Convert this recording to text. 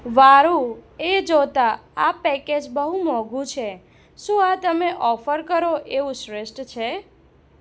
વારુ એ જોતાં આ પેકેજ બહુ મોંઘુ છે શું આ તમે ઓફર કરો એવું શ્રેષ્ઠ છે